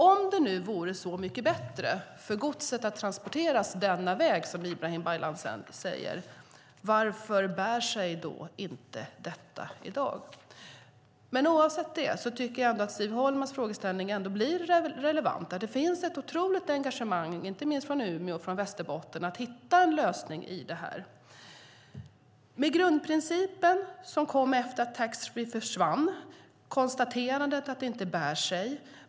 Om det nu vore så mycket bättre för godset att transporteras den väg Ibrahim Baylan säger, varför bär sig inte detta i dag? Oavsett detta tycker dock jag att Siv Holmas frågeställning blir relevant. Det finns ett otroligt engagemang, inte minst från Umeå och Västerbotten, att hitta en lösning i detta. Grundprincipen kom efter att taxfree försvann och konstaterandet att det inte bär sig.